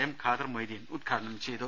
M Khader Moideen ഉദ്ഘാടനം ചെയ്തു